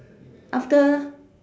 after